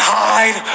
hide